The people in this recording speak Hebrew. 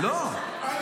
הוא בקריאה שנייה.